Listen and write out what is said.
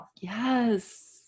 Yes